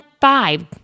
five